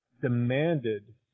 demanded